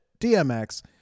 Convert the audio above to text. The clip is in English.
DMX